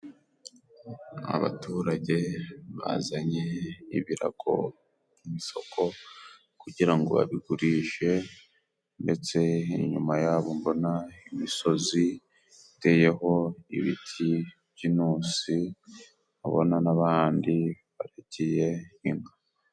Abaturage bazanye ibirago ku isoko kugira ngo babigurishe, ndetse inyuma yabo mbona imisozi iteyeho ibiti by'inusi, nkabona n'abandi baragiye inka.